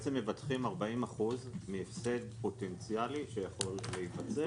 בעצם מבטחים 40% מהפסד פוטנציאלי שיכול להיווצר.